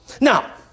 Now